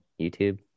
YouTube